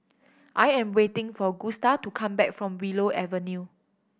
I am waiting for Gusta to come back from Willow Avenue